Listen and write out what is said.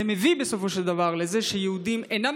זה מביא בסופו של דבר לזה שיהודים אינם